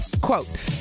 quote